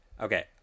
Okay